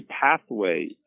pathway